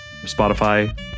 Spotify